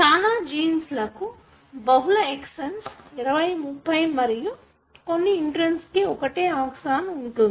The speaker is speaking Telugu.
చాల జీన్ లకు బహుళ ఎక్సన్స్ 20 30 మరియు కొన్ని ఇంట్రోన్ కు ఒకటే ఆక్సన్ ఉంటుంది